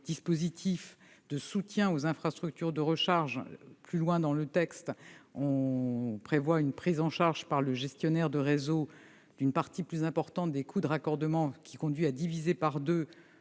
des dispositifs de soutien aux infrastructures de recharge, sachant que le texte prévoit une prise en charge par le gestionnaire de réseau d'une part plus importante des coûts de raccordement, ce qui conduira à une division par deux